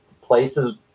places